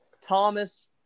Thomas